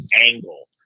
angle